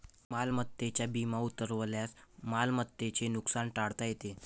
मालमत्तेचा विमा उतरवल्यास मालमत्तेचे नुकसान टाळता येते